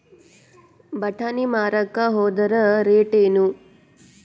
ಬಟಾನಿ ಮಾರಾಕ್ ಹೋದರ ರೇಟೇನು?